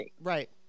right